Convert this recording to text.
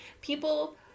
People